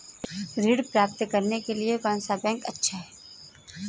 ऋण प्राप्त करने के लिए कौन सा बैंक अच्छा है?